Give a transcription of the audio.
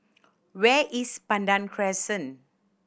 where is Pandan Crescent